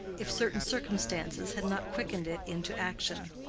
if certain circumstances had not quickened it into action.